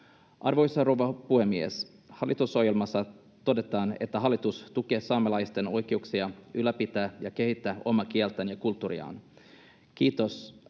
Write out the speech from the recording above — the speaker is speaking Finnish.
Arvoisa rouva puhemies! Hallitusohjelmassa todetaan, että hallitus tukee saamelaisten oikeuksia ylläpitää ja kehittää omaa kieltään ja kulttuuriaan. Kiitos